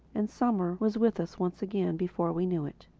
and summer was with us once again before we knew it.